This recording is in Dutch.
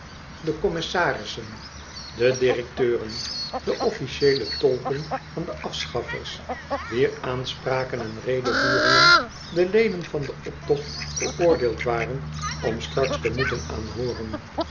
de commissarissen en directeuren de officie el e tolken van de afschaffers wier aanspraken en redevoeringen de leden van den optocht veroordeeld waren om straks te moeten aanhooren